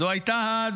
זו הייתה אז,